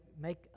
make